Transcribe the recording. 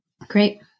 Great